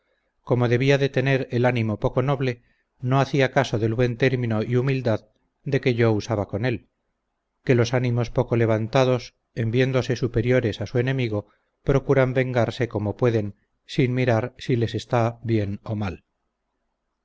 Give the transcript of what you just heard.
como debía de tener el animo poco noble no hacía caso del buen término y humildad de que yo usaba con él que los ánimos poco levantados en viéndose superiores a su enemigo procuran vengarse como pueden sin mirar si les esta bien o mal